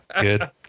good